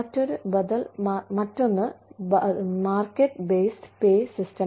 മറ്റൊരു ബദൽ market based pay market based pay